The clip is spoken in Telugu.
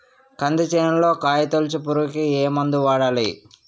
కంది చేనులో కాయతోలుచు పురుగుకి ఏ మందు వాడాలి?